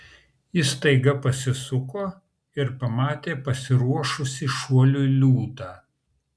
jis staiga pasisuko ir pamatė pasiruošusį šuoliui liūtą